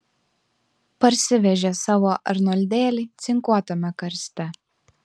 parsivežė savo arnoldėlį cinkuotame karste